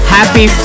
Happy